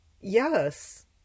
yes